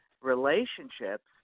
relationships